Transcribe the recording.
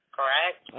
Correct